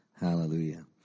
Hallelujah